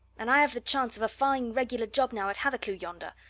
and i have the chance of a fine regular job now at hathercleugh yonder,